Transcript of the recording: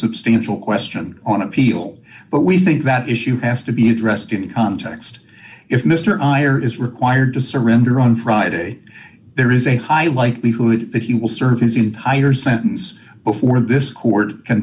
substantial question on appeal but we that issue has to be addressed in context if mr ayers is required to surrender on friday there is a high likelihood that he will serve his entire sentence before this court can